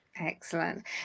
excellent